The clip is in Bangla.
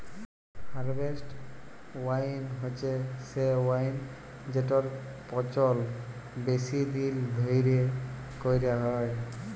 হারভেস্ট ওয়াইন হছে সে ওয়াইন যেটর পচল বেশি দিল ধ্যইরে ক্যইরা হ্যয়